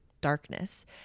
darkness